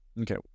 Okay